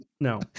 No